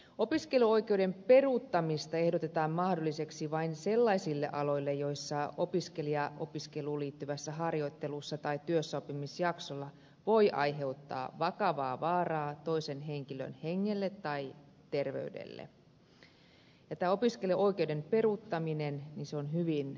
opiskeluoikeuden peruuttamista ehdotetaan mahdolliseksi vain sellaisille aloille joilla opiskelija voi opiskeluun liittyvässä harjoittelussa tai työssäoppimisjaksolla aiheuttaa vakavaa vaaraa toisen henkilön hengelle tai terveydelle ja tämä opiskeluoikeuden peruuttaminen on hyvin harvinaista